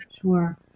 Sure